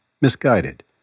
misguided